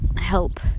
help